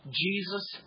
Jesus